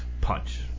punch